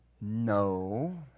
no